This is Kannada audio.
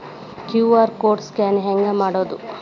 ಕ್ಯೂ.ಆರ್ ಕೋಡ್ ಸ್ಕ್ಯಾನ್ ಹೆಂಗ್ ಮಾಡೋದು?